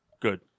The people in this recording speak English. Good